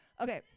Okay